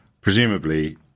Presumably